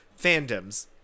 fandoms